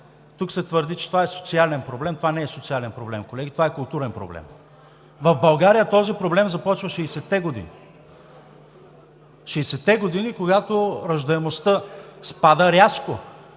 Тук се твърди, че това е социален проблем. Това не е социален проблем, колеги. Това е културен проблем! В България този проблем започва 60-те години – 60-те години, когато раждаемостта спада рязко.